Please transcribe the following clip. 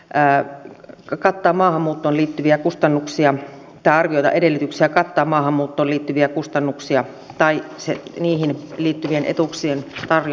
päätti lykätä maahanmuuttoon liittyviä kustannuksia perusteltua arvioida edellytyksiä kattaa maahanmuuttoon liittyviä kustannuksia tai niihin liittyvien etuuksien tarjoamista